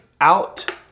out